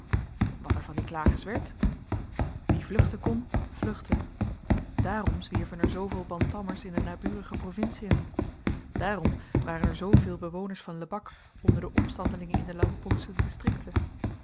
wat er van die klagers werd wie vluchten kon vluchtte dààrom zwierven er zooveel bantammers in de naburige provincien dààrom waren er zooveel bewoners van lebak onder de opstandelingen in de lampongsche distrikten